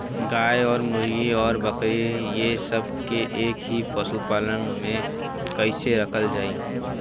गाय और मुर्गी और बकरी ये सब के एक ही पशुपालन में कइसे रखल जाई?